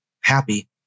happy